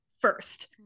first